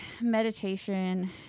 meditation